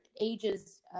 ages